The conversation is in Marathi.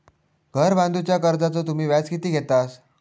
घर बांधूच्या कर्जाचो तुम्ही व्याज किती घेतास?